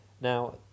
Now